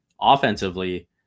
offensively